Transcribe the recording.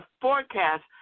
forecast